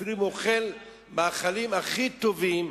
אפילו אם הוא אוכל מאכלים הכי טובים,